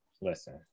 Listen